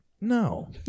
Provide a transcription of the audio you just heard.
No